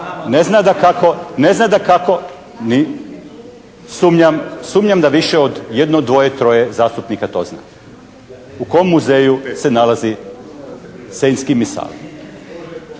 Ne zna dakako, sumnjam da više od jedno, dvoje, troje zastupnika to zna. U kom muzeju se nalazi Senjski misal?